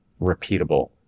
repeatable